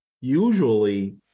usually